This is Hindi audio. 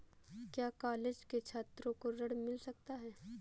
क्या कॉलेज के छात्रो को ऋण मिल सकता है?